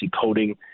coding